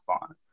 on